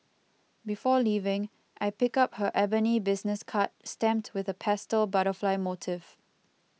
before leaving I pick up her ebony business card stamped with a pastel butterfly motif